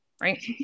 Right